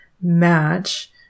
match